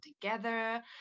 together